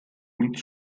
und